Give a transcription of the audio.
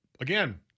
again